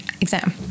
exam